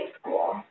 school